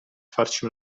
farci